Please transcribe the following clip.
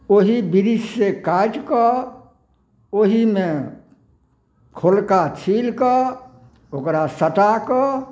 ओहि बृक्षसे काटिकऽ ओहिमे खोलका छीलिकऽ ओकरा सटाकऽ